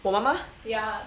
我妈妈